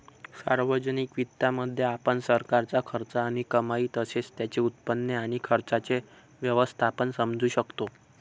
सार्वजनिक वित्तामध्ये, आपण सरकारचा खर्च आणि कमाई तसेच त्याचे उत्पन्न आणि खर्चाचे व्यवस्थापन समजू शकतो